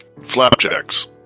Flapjacks